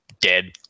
dead